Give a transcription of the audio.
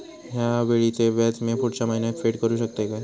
हया वेळीचे व्याज मी पुढच्या महिन्यात फेड करू शकतय काय?